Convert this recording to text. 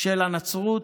של הנצרות,